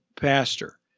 pastor